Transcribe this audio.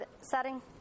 setting